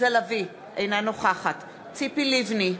אינה נוכחת ציפי לבני,